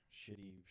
shitty